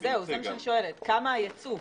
אני שואלת כמה היצוא.